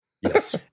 Yes